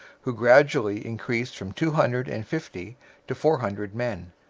who gradually increased from two hundred and fifty to four hundred men.